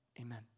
amen